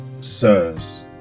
Sirs